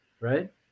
Right